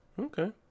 okay